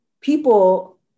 people